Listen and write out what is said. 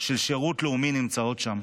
של שירות לאומי נמצאות שם.